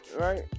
Right